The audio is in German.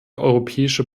europäische